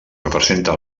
representa